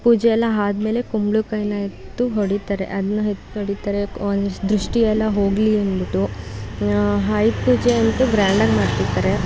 ಪೂಜೆ ಎಲ್ಲ ಆದ್ಮೇಲೆ ಕುಂಬಳಕಾಯಿಯ ಎತ್ತಿ ಹೊಡಿತಾರೆ ಅದನ್ನ ಎತ್ತಿ ಹೊಡಿತಾರೆ ದೃಷ್ಟಿ ಎಲ್ಲ ಹೋಗಲಿ ಅಂದುಬಿಟ್ಟು ಆಯುಧ ಪೂಜೆ ಅಂತೂ ಗ್ರ್ಯಾಂಡಾಗಿ ಮಾಡ್ತಿರ್ತಾರೆ